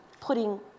putting